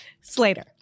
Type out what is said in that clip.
Slater